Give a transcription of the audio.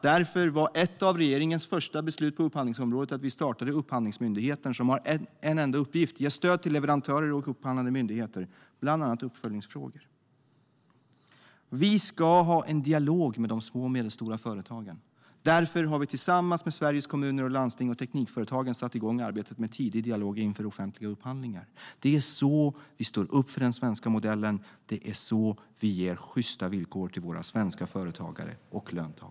Därför var ett av regeringens första beslut på upphandlingsområdet att vi startade Upphandlingsmyndigheten som har en enda uppgift: att ge stöd till leverantörer och upphandlande myndigheter i bland annat uppföljningsfrågor. Vi ska ha en dialog med de små och medelstora företagen. Därför har vi tillsammans med Sveriges Kommuner och Landsting och Teknikföretagen satt igång arbetet med tidig dialog inför offentliga upphandlingar. Det är så vi står upp för den svenska modellen. Det är så vi ger sjysta villkor till våra svenska företagare och löntagare.